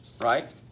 right